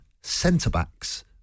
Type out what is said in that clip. centre-backs